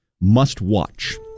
must-watch